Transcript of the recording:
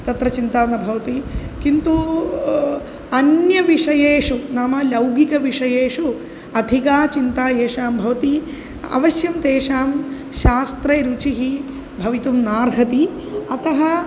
तत्र चिन्ता न भवति किन्तु अन्य विषयेषु नाम लौकिकविषयेषु अधिका चिन्ता येषां भवति अवश्यं तेषां शास्त्रे रुचिः भवितुं नार्हति अतः